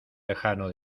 lejano